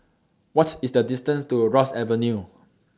What IS The distance to Ross Avenue